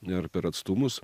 ir per atstumus